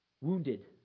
wounded